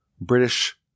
British